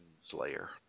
Slayer